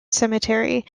cemetery